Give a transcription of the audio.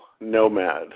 Nomad